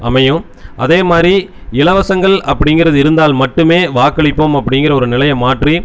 அமையும் அதேமாதிரி இலவசங்கள் அப்படிங்கிறது இருந்தால் மட்டுமே வாக்களிப்போம் அப்படிங்கிற ஒரு நிலையை மாற்றி